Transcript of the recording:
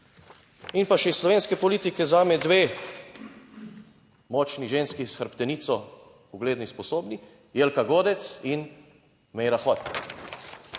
In pa še iz slovenske politike: zame dve močni ženski s hrbtenico, ugledni, sposobni, Jelka Godec in Meira Hot.